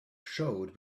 showed